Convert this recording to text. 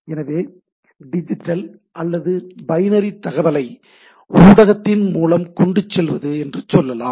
எனவே டிஜிட்டல் அல்லது பைனரி தகவலை ஊடகத்தின் மூலம் கொண்டு செல்வது என்று சொல்லலாம்